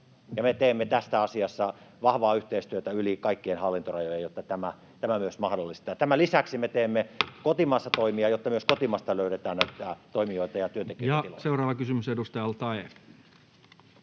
Me teemme tässä asiassa vahvaa yhteistyötä yli kaikkien hallintorajojen, jotta tämä on myös mahdollista. Ja tämän lisäksi me teemme kotimaassa toimia, jotta myös kotimaasta löydetään toimijoita ja työntekijöitä tiloille. [Speech 53] Speaker: